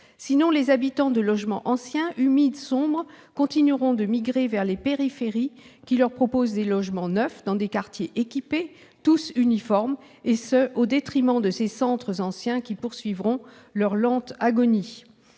sinon, les habitants de logements anciens, humides et sombres continueront de migrer vers les périphéries qui leur offrent des logements neufs, dans des quartiers équipés, tous uniformes, et ce au détriment de ces centres anciens qui poursuivront leur lente agonie.